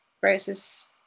versus